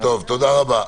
תודה רבה.